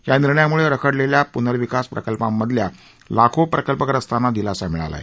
या निर्णयामुळे रखडलेल्या पुनर्विकास प्रकल्पांमधल्या लाखो प्रकल्पग्रस्तांना दिलासा मिळाला आहे